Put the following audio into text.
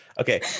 Okay